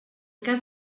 cas